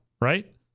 right